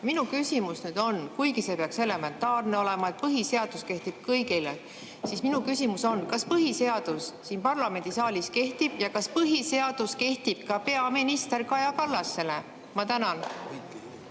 ei tohi teotada. Kuigi see peaks olema elementaarne, et põhiseadus kehtib kõigile, minu küsimus on: kas põhiseadus siin parlamendisaalis kehtib ja kas põhiseadus kehtib ka peaminister Kaja Kallasele? Ma tänan,